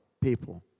people